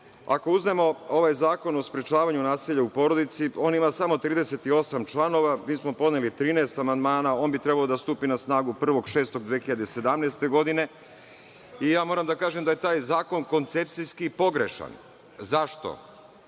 ako uzmemo ovaj zakon o sprečavanju nasilja u porodici, on ima samo 38 članova, mi smo podneli 13 amandmana i on bi trebao da stupi na snagu 1. juna 2017. godine. Moram da kažem da je taj zakon koncepcijski pogrešan. Zašto?